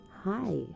Hi